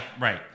Right